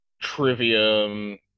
trivium